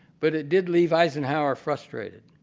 but it did leave eisenhower frustrated.